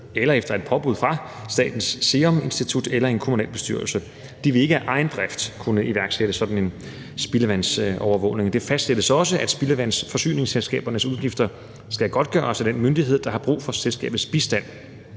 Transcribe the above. med eller påbud fra Statens Serum Institut eller en kommunalbestyrelse. De vil ikke af egen drift kunne iværksætte sådan en spildevandsovervågning. Det fastsættes også, at spildevandsforsyningsselskabernes udgifter skal godtgøres af den myndighed, der har brug for selskabets bistand.